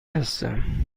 هستم